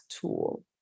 tool